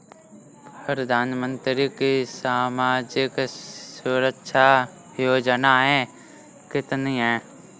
प्रधानमंत्री की सामाजिक सुरक्षा योजनाएँ कितनी हैं?